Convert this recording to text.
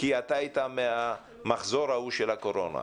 כי אתה היית מהמחזור ההוא של הקורונה?